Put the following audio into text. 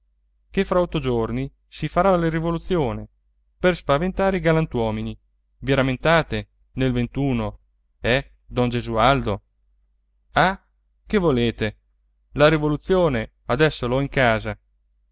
che fra otto giorni si farà la rivoluzione per spaventare i galantuomini i rammentate nel ventuno eh don gesualdo ah che volete la rivoluzione adesso l'ho in casa